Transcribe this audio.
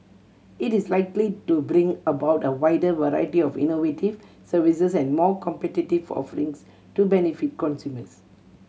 it is likely to bring about a wider variety of innovative services and more competitive offerings to benefit consumers